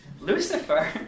Lucifer